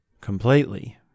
completely